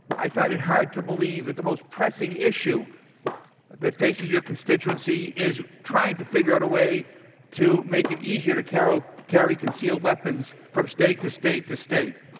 i find it hard to believe that the most pressing issue that faces your constituency is trying to figure out a way to make it easier to carry carry concealed weapons from state to state to state.